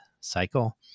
cycle